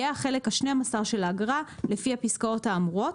יהיה החלק השנים-עשר של האגרה לפי הפסקאות האמורות,